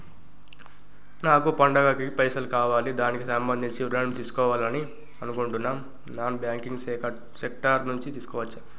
నాకు పండగ కి పైసలు కావాలి దానికి సంబంధించి ఋణం తీసుకోవాలని అనుకుంటున్నం నాన్ బ్యాంకింగ్ సెక్టార్ నుంచి తీసుకోవచ్చా?